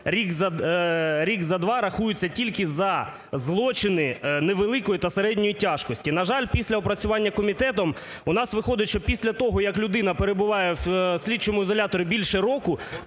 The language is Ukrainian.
рік за два рахується тільки за злочини невеликої та середньої тяжкості. На жаль, після опрацювання комітетом у нас виходить, що після того як людина перебуває в слідчому ізоляторі більше року,